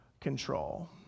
control